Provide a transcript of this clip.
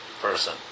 person